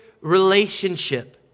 relationship